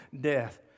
death